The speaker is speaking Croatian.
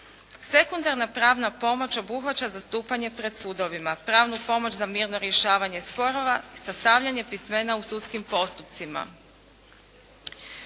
Sekundarna pravna pomoć obuhvaća zastupanje pred sudovima, pravnu pomoć za mirno rješavanje sporova i sastavljanje pismena u sudskim postupcima.